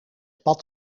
pad